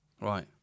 Right